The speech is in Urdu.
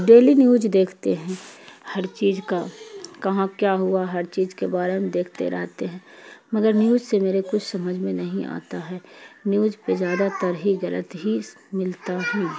ڈیلی نیوج دیکھتے ہیں ہر چیز کا کہاں کیا ہوا ہر چیز کے بارے میں دیکھتے رہتے ہیں مگر نیوز سے میرے کچھ سمجھ میں نہیں آتا ہے نیوج پہ زیادہ تر ہی غلط ہی ملتا ہیں